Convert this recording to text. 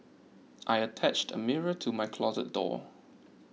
I attached a mirror to my closet door